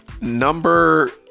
number